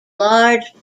large